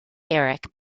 eric